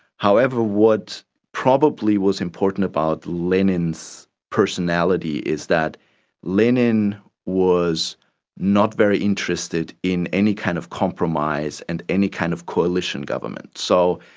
however, what probably was important about lenin's personality is that lenin was not very interested in any kind of compromise and any kind of coalition government. so,